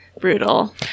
brutal